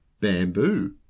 bamboo